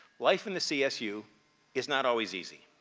life in the csu is not always easy.